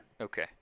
Okay